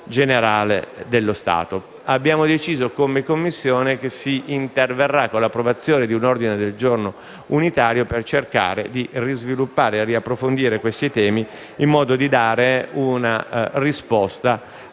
generale dello Stato. Abbiamo pertanto deciso, come Commissione, che si interverrà con l'approvazione di un ordine del giorno unitario per cercare di sviluppare e approfondire nuovamente questi temi in modo da dare una risposta